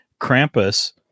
Krampus